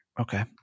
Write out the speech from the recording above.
Okay